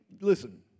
listen